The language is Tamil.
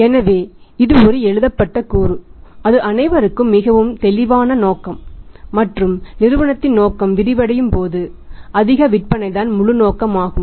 எனவே இது ஒரு எழுதப்பட்டகூறு அது அனைவருக்கும் மிகவும் தெளிவானது மற்றும் நிறுவனத்தின் நோக்கம் விரிவடையும் போது அதிக விற்பனைதான் முழு நோக்கமாகும்